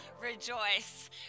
rejoice